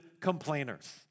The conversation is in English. complainers